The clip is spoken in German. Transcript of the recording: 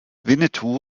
winnetou